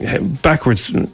backwards